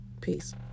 Peace